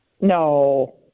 No